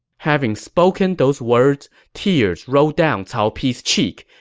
having spoken those words, tears rolled down cao pi's cheek,